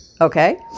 Okay